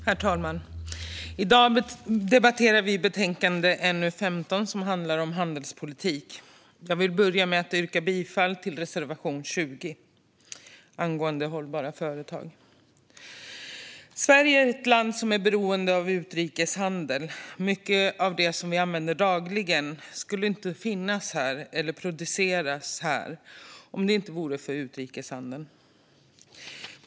Herr talman! Vi debatterar betänkande NU15 om handelspolitik. Jag vill börja med att yrka bifall till reservation 20 om hållbart företagande. Sverige är ett land som är beroende av utrikeshandel. Mycket av det vi använder dagligen skulle inte finnas eller kunna produceras här om det inte vore för utrikeshandeln.